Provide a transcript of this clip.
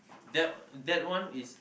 that that one is